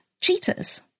cheetahs